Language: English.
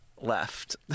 left